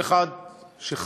כל אחד שחרד